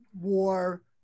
War